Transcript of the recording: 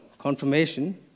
Confirmation